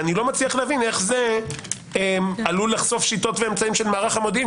איני מבין איך זה עלול לחשוף שיטות ואמצעים של מערך המודיעין,